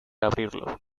abrirlo